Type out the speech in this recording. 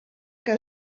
que